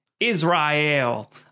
Israel